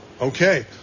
okay